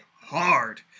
hard